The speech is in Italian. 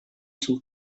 sul